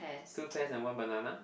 two pears and one banana